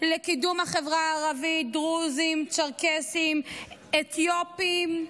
לקידום החברה הערבית, דרוזים, צ'רקסים, אתיופים,